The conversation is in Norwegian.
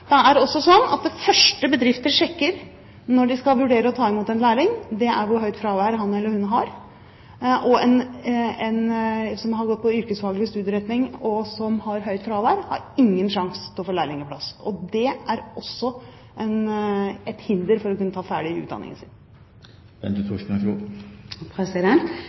Det er også slik at det første bedrifter sjekker når de skal vurdere å ta imot en lærling, er hvor høyt fravær han eller hun har. En som har tatt yrkesfaglig studieretning, og som har høyt fravær, har ingen sjanse til å få lærlingplass. Det er også et hinder for å kunne gjøre ferdig utdanningen sin.